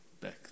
back